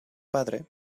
padre